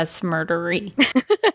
murdery